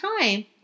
time